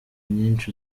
nyinshi